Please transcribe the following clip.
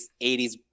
80s